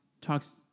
talks